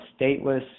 stateless